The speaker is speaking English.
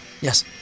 Yes